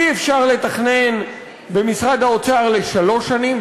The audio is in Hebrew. אי-אפשר לתכנן במשרד האוצר לשלוש שנים,